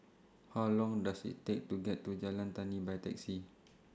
How Long Does IT Take to get to Jalan Tani By Taxi